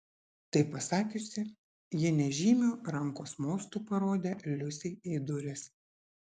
tai pasakiusi ji nežymiu rankos mostu parodė liusei į duris